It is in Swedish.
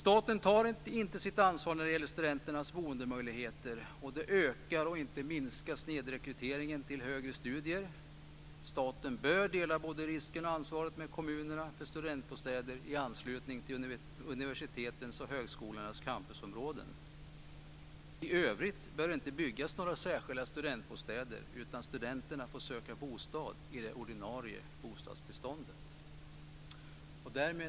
Staten tar inte sitt ansvar när det gäller studenternas boendemöjligheter. Det ökar, och minskar inte, snedrekryteringen till högre studier. Staten bör dela både risken och ansvaret med kommunerna för studentbostäder i anslutning till universitetens och högskolornas campus. I övrigt bör det inte byggas några särskilda studentbostäder, utan studenterna får söka bostad i det ordinarie bostadsbeståndet.